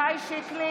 עמיחי שיקלי,